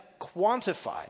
quantified